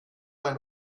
ein